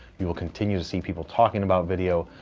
you will continue to see people talking about video,